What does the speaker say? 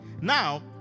Now